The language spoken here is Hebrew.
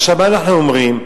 מה אנחנו אומרים?